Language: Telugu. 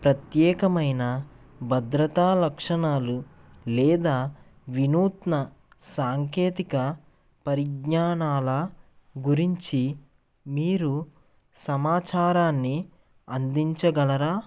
ప్రత్యేకమైన భద్రతా లక్షణాలు లేదా వినూత్న సాంకేతిక పరిజ్ఞానాల గురించి మీరు సమాచారాన్ని అందించగలరా